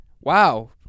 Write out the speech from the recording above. wow